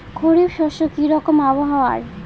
খরিফ শস্যে কি রকম আবহাওয়ার?